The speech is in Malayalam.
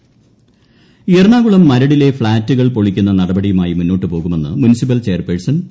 മരട് എറണാകുളം മരടിലെ ഫ്ളാറ്റുകൾ പൊളിക്കുന്ന നടപടിയുമായി മുന്നോട്ട് പോകുമെന്ന് മുനിസിപ്പൽ ചെയർപേഴ്സൺ ടി